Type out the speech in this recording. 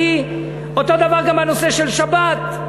אותו הדבר גם הנושא של שבת.